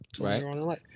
Right